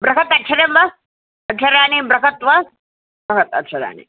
बृहत् अक्षरं वा अक्षराणि बृहत् वा बहत् अक्षराणि